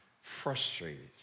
frustrated